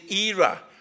era